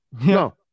No